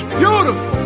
beautiful